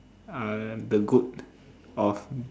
uh the goat of